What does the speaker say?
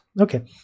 okay